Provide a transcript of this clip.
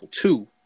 two